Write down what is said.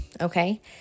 Okay